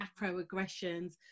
macroaggressions